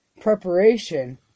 preparation